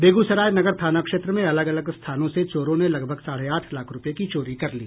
बेगूसराय नगर थानाक्षेत्र में अलग अलग स्थानों से चोरों ने लगभग साढ़े आठ लाख रुपए की चोरी कर ली